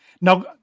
now